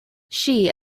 she